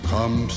Come